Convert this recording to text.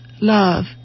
love